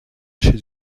chez